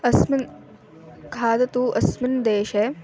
अस्मिन् खादतु अस्मिन् देशे